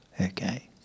Okay